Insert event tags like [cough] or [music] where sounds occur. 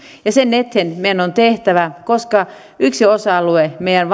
ja sen eteen meidän on tehtävä koska yksi meidän [unintelligible]